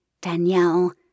Danielle